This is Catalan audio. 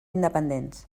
independents